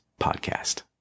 podcast